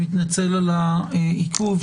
אני מתנצל על העיכוב.